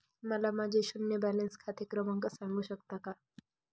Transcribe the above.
मला माझे शून्य बॅलन्स खाते क्रमांक सांगू शकता का?